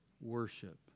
Worship